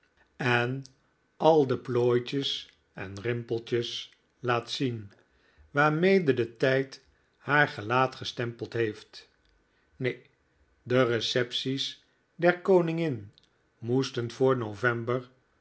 en al de plooitjes en rimpeltjes laat zien waarmede de tijd haar gelaat gestempeld heeft neen de recepties der koningin moesten voor november